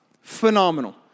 Phenomenal